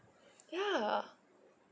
ya